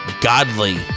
godly